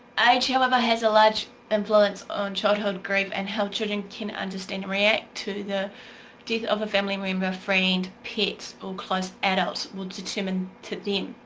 age, however, has a large influence on childhood grief and how children can understand and react to the death of a family member friend, pets or close adults would determine to them.